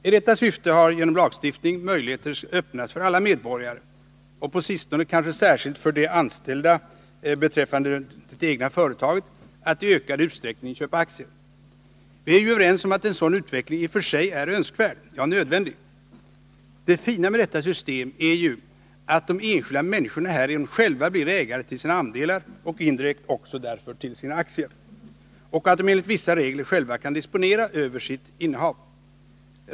I detta syfte har genom lagstiftning möjligheter öppnats för alla medborgare, och på sistone kanske särskilt för de anställda beträffande det egna företaget, att i ökad utsträckning köpa aktier. Vi är ju överens om att en sådan utveckling i och för sig är önskvärd, ja nödvändig. Det fina med detta system är att de enskilda människorna härigenom själva blir ägare till sina andelar och indirekt också till sina aktier och att de enligt vissa regler själva kan disponera över sitt innehav.